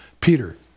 Peter